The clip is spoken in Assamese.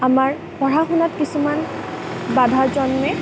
আমাৰ পঢ়া শুনাত কিছুমান বাধা জন্মে